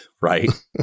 right